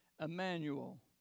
Emmanuel